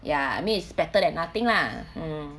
ya I mean it's better than nothing lah